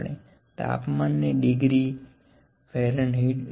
આપણે તાપમાનને ડિગ્રી℉ ℃ મા કહીએ છીએ